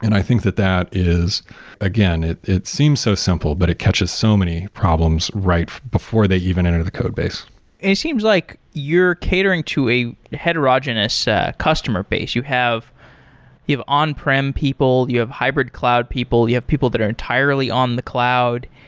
and i think that that is again, it it seems so simple, but it catches so many problems right before they even enter the codebase it seems like you're catering to a heterogeneous ah customer base. you have on on prem people, you have hybrid cloud people, you have people that are entirely on the cloud.